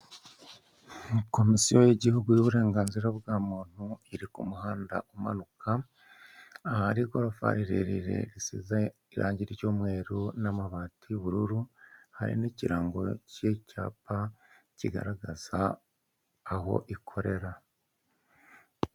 Komisiyo y'igihugu y'uburenganzira bwa muntu, iri ku muhanda umanuka, ahari igorofa rihereza risize irangi ry'umweru n'amabati y'ubururu, hari n'ikirango cy'icyapa kigaragaza aho ikorera.